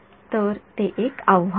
तर हे एक आव्हान आहे